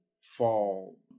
fall